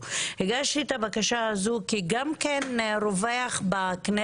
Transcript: כי אני רוצה לא לענות כשאני